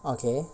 okay